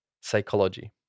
Psychology